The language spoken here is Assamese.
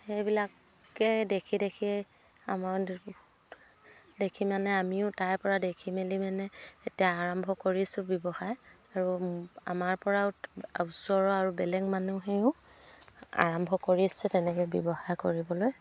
সেইবিলাকেই দেখি দেখি আমাৰ দেখি মানে আমিও তাইৰপৰা দেখি মেলি মানে এতিয়া আৰম্ভ কৰিছোঁ ব্যৱসায় আৰু আমাৰপৰা ওচৰৰ আৰু বেলেগ মানুহেও আৰম্ভ কৰিছে তেনেকৈ ব্যৱসায় কৰিবলৈ